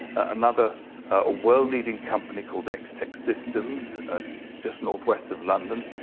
another world-leading company called x-tek systems, just northwest of london,